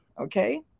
okay